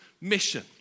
mission